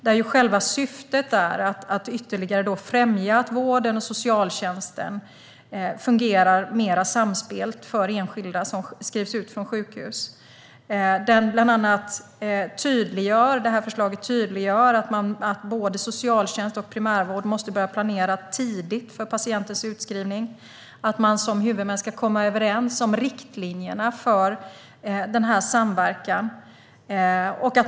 Där är själva syftet att ytterligare främja att vården och socialtjänsten fungerar mer samspelt för enskilda som skrivs ut från sjukhus. Förslaget tydliggör bland annat att både socialtjänst och primärvård måste börja planera tidigt för patientens utskrivning. Man ska som huvudmän komma överens om riktlinjerna för samverkan.